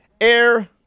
Air